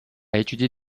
étudié